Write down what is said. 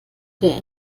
der